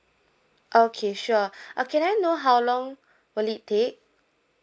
okay sure uh can I know how long will it take